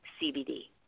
CBD